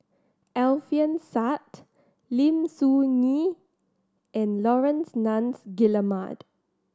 Alfian Sa'at Lim Soo Ngee and Laurence Nunns Guillemard